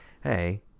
hey